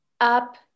up